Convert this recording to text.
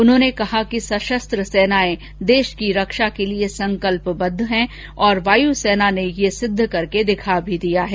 उन्होंने कहा कि सशस्त्र सेनाएं देश की रक्षा के लिए संकल्पबद्ध हैं और वायुसेना ने यह सिद्ध करके दिखा भी दिया है